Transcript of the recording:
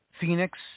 Phoenix